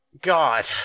God